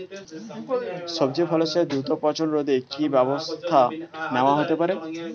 সবজি ফসলের দ্রুত পচন রোধে কি ব্যবস্থা নেয়া হতে পারে?